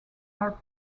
are